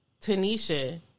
Tanisha